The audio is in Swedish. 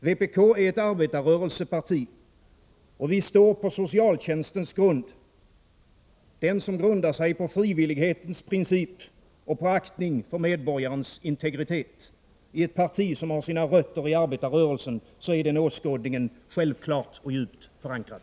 Vpk är ett arbetarrörelseparti, och vi står på socialtjänstens grund — den som vilar på frivillighetens princip och på aktning för medborgarens integritet. I ett parti som har sina rötter i arbetarrörelsen är den åskådningen självfallen och djupt förankrad.